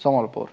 Sambalpur